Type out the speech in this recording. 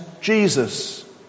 Jesus